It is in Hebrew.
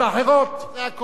עם האמונה שלהם.